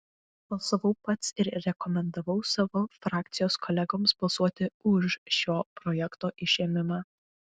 balsavau pats ir rekomendavau savo frakcijos kolegoms balsuoti už šio projekto išėmimą